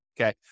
okay